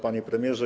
Panie Premierze!